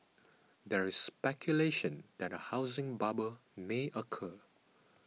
there is speculation that a housing bubble may occur